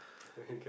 cannot